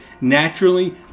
Naturally